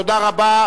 תודה רבה.